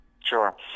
Sure